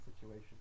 situation